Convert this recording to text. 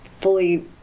fully